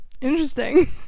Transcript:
Interesting